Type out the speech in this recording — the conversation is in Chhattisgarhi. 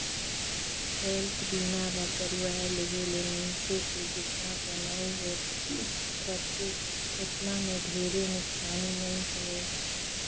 हेल्थ बीमा ल करवाये लेहे ले मइनसे के जेतना कमई होत रथे ओतना मे ढेरे नुकसानी नइ होय